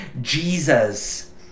Jesus